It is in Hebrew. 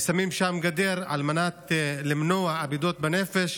שמים שם גדר על מנת למנוע אבדות בנפש.